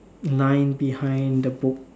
line behind the book